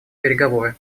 переговоры